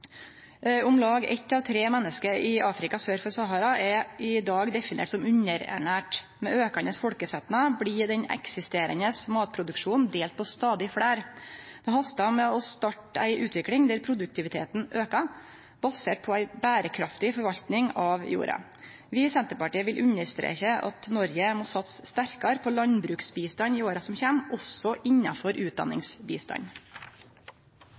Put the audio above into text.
Om lag eitt av tre menneske i Afrika sør for Sahara er i dag definert som underernært. Med auka folkesetnad blir den eksisterande matproduksjonen delt på stadig fleire. Det hastar med å starte ei utvikling der produktiviteten aukar basert på ei berekraftig forvalting av jorda. Vi i Senterpartiet vil understreke at Noreg må satse sterkare på landbruksbistand i åra som kjem, også innanfor